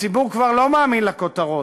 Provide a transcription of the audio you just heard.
הציבור כבר לא מאמין לכותרות.